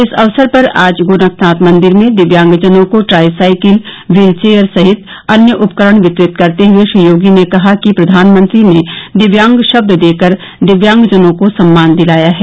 इस अवसर पर आज गोरखनाथ मंदिर में दिव्यांग जनों को ट्राइसाइकिल व्हील चेयर सहित अन्य उपकरण वितरित करते हये श्री योगी ने कहा कि प्रधानमंत्री ने दिव्यांग शब्द देकर दिव्यांगजनों को सम्मान दिलाया है